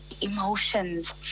emotions